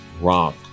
rock